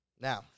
Now